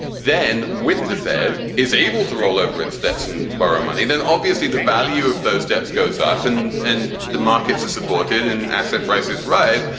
then with the fed is able to roll over its debts and borrow money, then obviously the value of those debts goes up and and the markets are supported in asset prices rise.